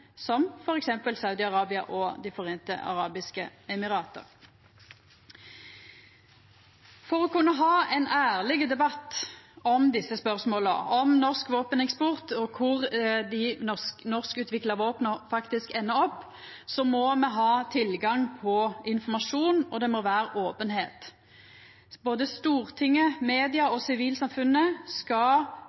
som f.eks. Saudi-Arabia og Dei sameinte arabiske emirata. For å kunne ha ein ærleg debatt om desse spørsmåla, om norsk våpeneksport og kor dei norskutvikla våpena faktisk endar, må me ha tilgang på informasjon, og det må vera openheit. Både Stortinget, media og sivilsamfunnet skal